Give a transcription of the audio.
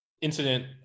incident